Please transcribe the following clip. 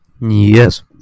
Yes